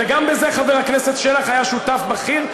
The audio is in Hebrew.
וגם בזה חבר הכנסת שלח היה שותף בכיר,